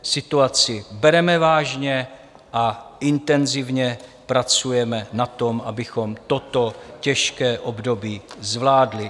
Situaci bereme vážně a intenzivně pracujeme na tom, abychom toto těžké období zvládli.